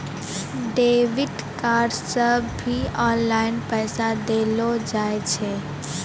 debit card से भी online पैसा देलो जाय छै